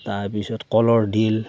তাৰপিছত কলৰ ডিল